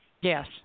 Yes